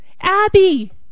Abby